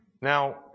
now